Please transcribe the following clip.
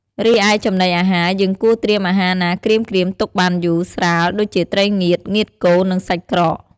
រីឯចំណីអាហារយើងគួរត្រៀមអាហារណាក្រៀមៗទុកបានយូរ ស្រាលដូចជាត្រីងៀត ងៀតគោ និងសាច់ក្រក។